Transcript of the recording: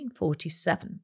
1947